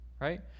right